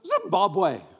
Zimbabwe